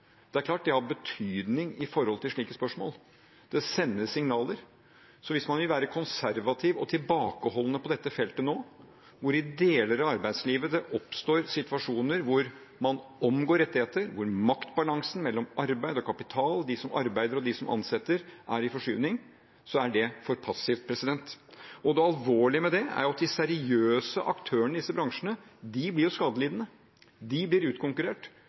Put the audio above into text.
Det er klart at det har betydning for slike spørsmål. Det sender signaler. Så hvis man vil være konservativ og tilbakeholdende på dette feltet nå, hvor det i deler av arbeidslivet oppstår situasjoner hvor man omgår rettigheter, hvor maktbalansen mellom arbeid og kapital, og de som arbeider og de som ansetter, er i forskyvning, så er det for passivt. Det alvorlige med det er at de seriøse aktørene i disse bransjene blir skadelidende. De blir utkonkurrert.